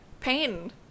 pain